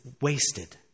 wasted